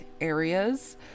areas